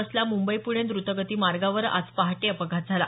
बसला मुंबई पुणे द्रतगती मार्गावर आज पहाटे अपघात झाला